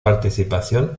participación